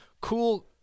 cool